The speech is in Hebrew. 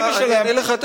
אני אענה לך.